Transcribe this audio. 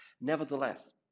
Nevertheless